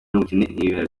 n’ubukene